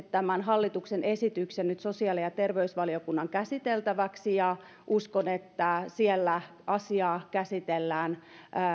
tämän hallituksen esityksen luottavaisesti nyt sosiaali ja terveysvaliokunnan käsiteltäväksi ja uskon että siellä asiaa käsitellään